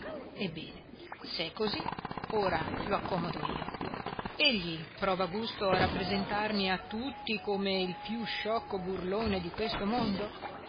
ebbene se è così ora lo accomodo io egli prova gusto a rappresentarmi a tutti come il più sciocco burlone di questo mondo